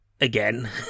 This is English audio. Again